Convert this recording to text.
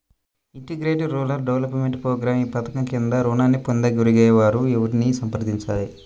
Integrated rural development program ఈ పధకం క్రింద ఋణాన్ని పొందగోరే వారు ఎవరిని సంప్రదించాలి?